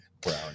brown